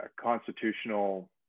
constitutional